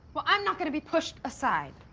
well, i'm not gonna be pushed aside.